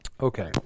Okay